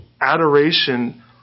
adoration